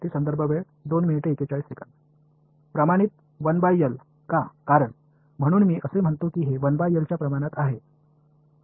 प्रमाणित 1L का कारण म्हणून मी असे म्हणतो की हे 1L च्या प्रमाणात आहे